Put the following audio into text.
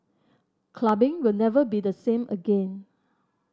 clubbing will never be the same again